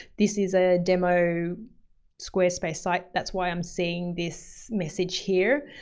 this is a demo squarespace site. that's why i'm seeing this message here,